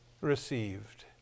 received